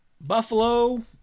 Buffalo